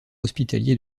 hospitalier